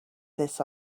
this